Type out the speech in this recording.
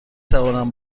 توانم